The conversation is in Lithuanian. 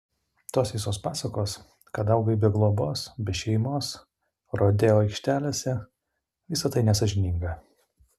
tos visos pasakos kad augai be globos be šeimos rodeo aikštelėse visa tai nesąžininga